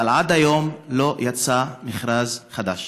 אבל עד היום לא יצא מכרז חדש.